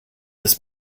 this